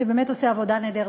שבאמת עושה עבודה נהדרת,